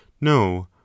no